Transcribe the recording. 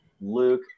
Luke